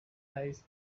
thighs